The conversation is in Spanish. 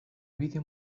vídeo